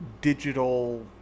digital